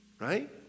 Right